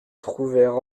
trouvèrent